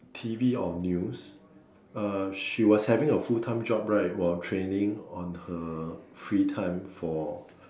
T_V or news uh she was having a full time job right while training on her free time for